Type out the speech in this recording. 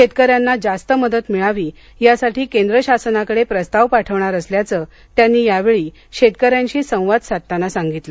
शेतकऱ्याना जास्त मदत मिळावी यासाठी केंद्र शासनाकडे प्रस्ताव पाठवणार असल्याच त्यांनी यावेळी शेतकर्यांनशी संवाद साधताना सांगितलं